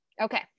Okay